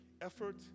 effort